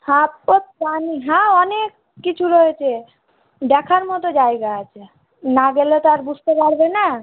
হ্যাঁ তো প্রাণী হ্যাঁ অনেক কিছু রয়েছে দেখার মতো জায়গা আছে না গেলে তো আর বুঝতে পারবে না